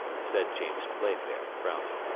said james playfair, frowning,